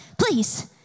please